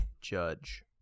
judge